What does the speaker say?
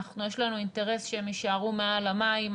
יש לנו אינטרס שהם יישארו מעל המים.